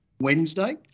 wednesday